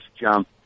jump